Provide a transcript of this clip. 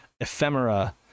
ephemera